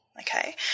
okay